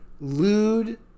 lewd